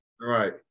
Right